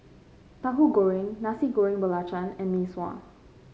Tahu Goreng Nasi Goreng Belacan and Mee Sua